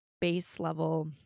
base-level